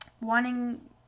wanting